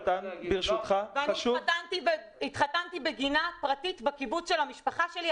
ואני התחתנתי בגינה פרטית בקיבוץ של המשפחה שלי,